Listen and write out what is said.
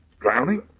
Drowning